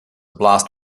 blaast